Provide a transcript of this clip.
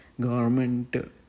government